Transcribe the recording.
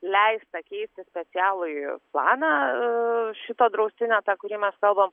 leista keisti specialųjį planą aa šito draustinio tą kurį mes kalbam